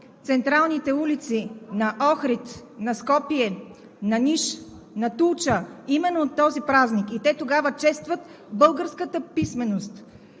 централните улици на Охрид, на Скопие, Ниш, на Тулча именно на този празник. Тогава те честват българската писменост.